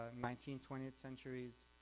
um nineteenth twentieth centuries,